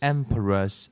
Emperor's